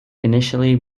initially